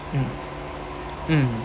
mm mm